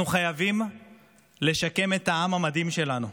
אנחנו חייבים לשקם את העם המדהים שלנו,